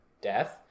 death